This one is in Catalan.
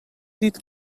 dit